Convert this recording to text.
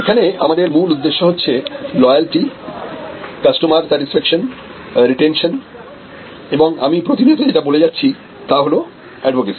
এখানে আমাদের মূল উদ্দেশ্য হচ্ছে লয়ালটি কাস্টমার স্যাটিসফ্যাকশন রিটেনশন এবং আমি প্রতিনিয়ত যেটা বলে যাচ্ছি তা হল এডভোকেসি